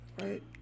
Right